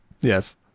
Yes